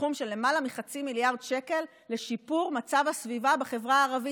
בסכום של למעלה מחצי מיליארד שקל לשיפור מצב הסביבה בחברה הערבית.